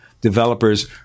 developers